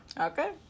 Okay